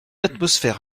atmosphère